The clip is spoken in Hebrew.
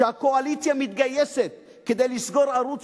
שהקואליציה מתגייסת כדי לסגור ערוץ